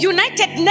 United